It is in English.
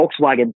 Volkswagen